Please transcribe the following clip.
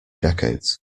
decades